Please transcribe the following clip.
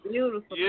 Beautiful